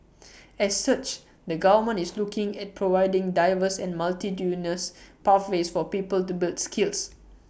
as such the government is looking at providing diverse and multitudinous pathways for people to build skills